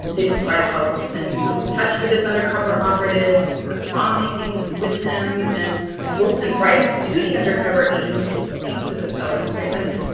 they describe how wilson was in touch with this undercover operative, discuss bomb making with him. and wilson writes to the undercover agent that he still thinks this a fellow extremist.